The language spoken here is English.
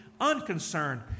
unconcerned